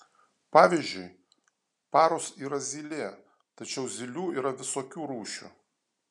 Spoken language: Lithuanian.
pavyzdžiui parus yra zylė tačiau zylių yra visokių rūšių